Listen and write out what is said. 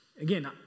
Again